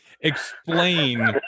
explain